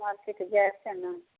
market जाइ छै ने